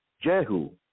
Jehu